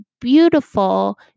beautiful